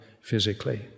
physically